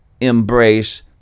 embrace